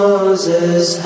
Moses